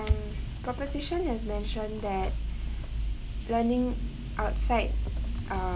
proposition has mentioned that learning outside err